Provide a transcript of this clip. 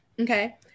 Okay